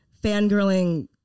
fangirling